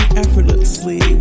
effortlessly